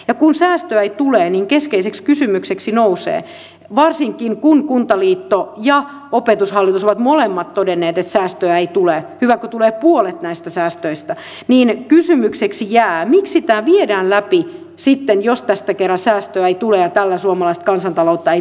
ja kun säästöä ei tule niin keskeiseksi kysymykseksi nousee varsinkin kun kuntaliitto ja opetushallitus ovat molemmat todenneet että säästöä ei tule hyvä kun tulee puolet näistä säästöistä miksi tämä viedään läpi sitten jos tästä kerran säästöä ei tule ja tällä suomalaista kansantaloutta ei paikata